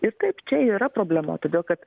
ir taip čia yra problema todėl kad